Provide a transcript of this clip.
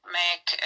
make